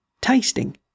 tasting